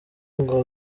ngo